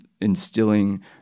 instilling